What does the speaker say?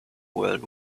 world